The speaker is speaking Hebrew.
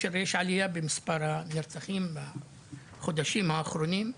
יש עלייה במספר הנרצחים בחודשים האחרונים.